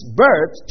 birth